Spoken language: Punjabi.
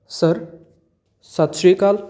ਸਰ ਸਤਿ ਸ਼੍ਰੀ ਅਕਾਲ